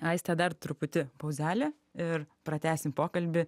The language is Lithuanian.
aiste dar truputį pauzelė ir pratęsim pokalbį